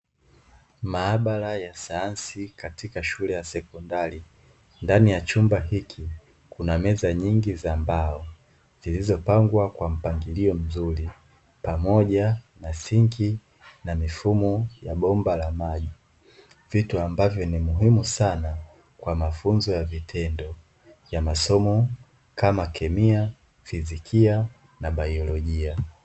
Maabara ya sayansi katika shule ya sekondari ndani ya chumba hiki kuna meza nyingi za mbao zilizopangwa kwa mpangilio mzuri, pamoja na sinki na mifumo ya bomba la maji vitu ambavyo ni muhimu sana kwa mafunzo ya vitendo ya masomo kama kemia, fizikia na baiolojia.